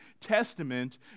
testament